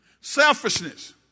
Selfishness